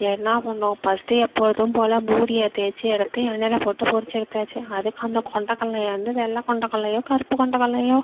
என்ன பண்ணுவோம் பஸ்ட் எப்பொழுதும் போல் பூரியை தேய்ச்சி எடுத்து எண்ணெயில் போட்டு பொறித்து எடுத்தாச்சு அதுக்கு அந்த கொண்டக்கடல்லைய வந்து வெள்ளை கொண்டக்கடல்லையோ கருப்பு கொண்டக்கடல்லையோ